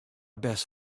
best